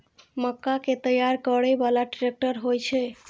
मक्का कै तैयार करै बाला ट्रेक्टर होय छै?